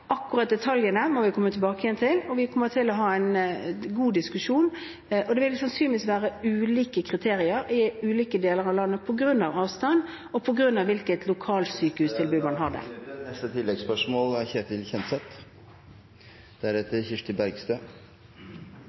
Akkurat detaljene må vi komme tilbake til, og vi kommer til å ha en god diskusjon. Det vil sannsynligvis være ulike kriterier i ulike deler av landet, på grunn av avstand og på grunn av hvilket lokalsykehus det gjelder. Ketil Kjenseth – til oppfølgingsspørsmål. Sykehusstrukturen i Norge er